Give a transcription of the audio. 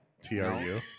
T-R-U